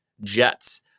Jets